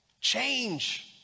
Change